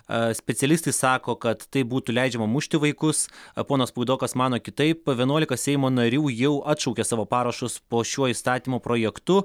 specialistai sako kad taip būtų leidžiama mušti vaikus ponas puidokas mano kitaip vienuolika seimo narių jau atšaukė savo parašus po šiuo įstatymo projektu